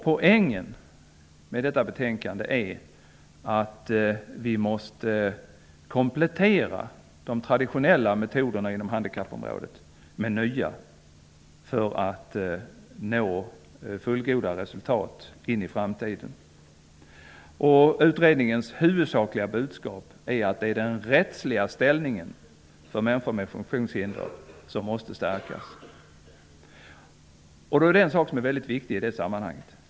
Poängen med detta betänkande är att vi måste komplettera de traditionella metoderna inom handikappområdet med nya för att nå fullgoda resultat i framtiden. Utredningens huvudsakliga budskap är att det är den rättsliga ställningen som måste stärkas för människor med funktionshinder. En sak är väldigt viktig i det sammanhanget.